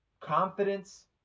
confidence